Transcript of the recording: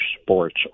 sports